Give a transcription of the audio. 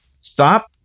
stop